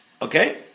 Okay